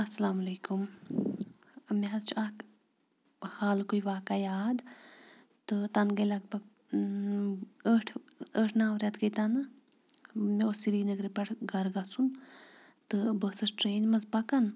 اسلام علیکُم مےٚ حظ چھُ اکھ حالکُے واقع یاد تہٕ تَنہٕ گٔے لگ بگ ٲٹھ ٲٹھ نو رٮ۪تھ گٔے تَنہٕ مےٚ اوس سرینگرٕ پیٹھ گَرٕ گژھُن تہٕ بہٕ ٲسٕس ٹرین منٛز پکان